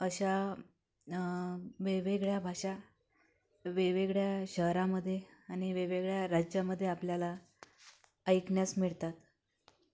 अशा वेगवेगळ्या भाषा वेगवेगळ्या शहरामधे आणि वेगवेगळ्या राज्यामध्ये आपल्याला ऐकण्यास मिळतात